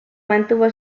mantuvo